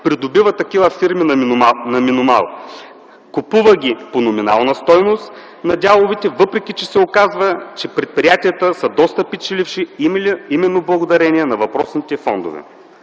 придобива такива фирми на номинал. Купувайки по номинална стойност на дяловете, въпреки че се оказва, че предприятията са доста печеливши, именно благодарение на въпросните фондове.